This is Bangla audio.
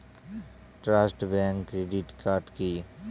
ট্রাস্ট ব্যাংক ক্রেডিট কার্ড কি?